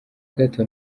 gato